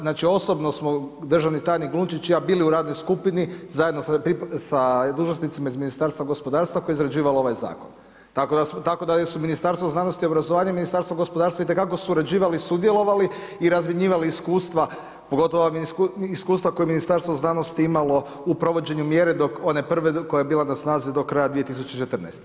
Znači, osobno smo državni tajnik Glunčić i ja bili u radnoj skupini zajedno sa dužnosnicima iz Ministarstva gospodarstva koje je izrađivalo ovaj zakon, tako su Ministarstvo znanosti i obrazovanja i Ministarstvo gospodarstva itekako surađivali, sudjelovali i razmjenjivali iskustva pogotovo iskustva koja je Ministarstvo znanosti imalo u provođenju mjere one prve koja je bila na snazi do 2014.